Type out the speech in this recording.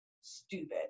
stupid